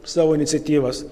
savo iniciatyvas